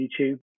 YouTube